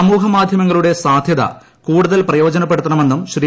സമൂഹ മാധ്യമങ്ങളുടെ സാധ്യത കൂടുതൽ പ്രയോജനപ്പെടുത്തണ മെന്നും ശ്രീ